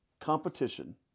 competition